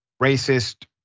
racist